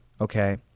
okay